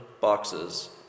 boxes